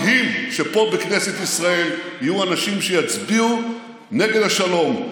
מדהים שפה בכנסת ישראל יהיו אנשים שיצביעו נגד השלום.